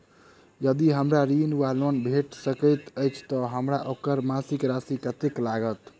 यदि हमरा ऋण वा लोन भेट सकैत अछि तऽ हमरा ओकर मासिक राशि कत्तेक लागत?